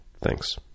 Thanks